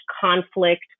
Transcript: conflict